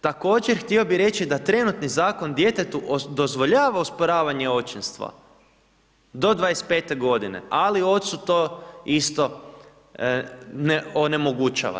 Također, htio bih reći da trenutni zakon djetetu dozvoljava osporavanje očinstva do 25 godine, ali ocu to isto onemogućava.